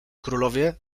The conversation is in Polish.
królowie